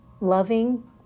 Loving